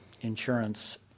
insurance